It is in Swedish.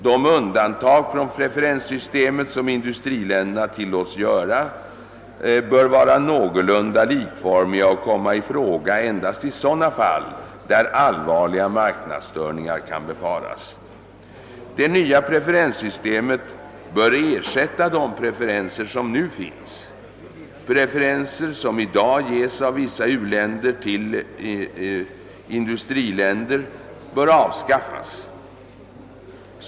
De undantag från preferenssystemet, som industriländerna tillåts göra, bör vara någorlunda likformiga och komma i fråga endast i sådana fall där allvarliga marknadsstörningar kan befaras. Det nya preferenssystemet bör ersätta de preferenser som nu finns. Preferenser som i dag ges av vissa u-länder till några industriländer bör avskaffas.